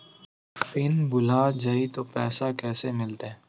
Pin भूला जाई तो पैसा कैसे मिलते?